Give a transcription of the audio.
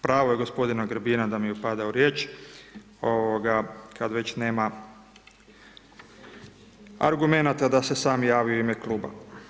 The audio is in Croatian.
Pravo je gospodina Grbina da mi upada u riječ, kad već nema argumenata da se sam javi u ime kluba.